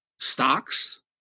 Stocks